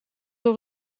door